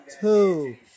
two